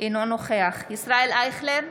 אינו נוכח ישראל אייכלר,